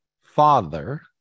Father